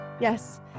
yes